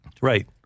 right